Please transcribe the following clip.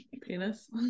penis